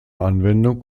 anwendung